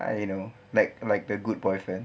I you know like like the good boyfriend